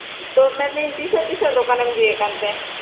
ᱛᱚ ᱢᱮᱱᱫᱟᱹᱧ ᱛᱤᱥᱚᱜ ᱛᱤᱥᱚᱜ ᱫᱚᱠᱟᱱᱮᱢ ᱡᱷᱤᱡ ᱮᱫ ᱠᱟᱱᱛᱮ